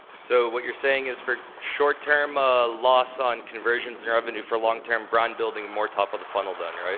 so, what you're saying is, for short term ah loss on conversions and revenue for long term brand building and more top of the funnel then, yeah right?